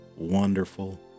wonderful